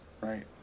right